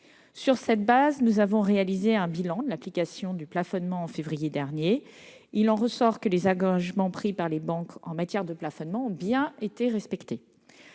sur cette base un bilan de l'application du plafonnement en février dernier. Il en ressort que les engagements pris par les banques en matière de plafonnement ont bien été respectés.